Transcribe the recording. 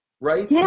Right